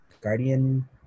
guardian